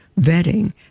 vetting